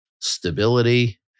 stability